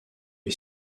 est